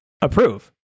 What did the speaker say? approve